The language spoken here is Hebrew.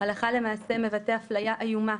הלכה למעשה מבטא אפלייה איומה,